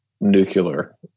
nuclear